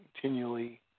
continually